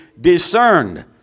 discerned